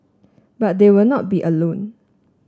but they will not be alone